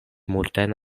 multajn